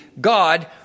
God